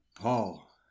Paul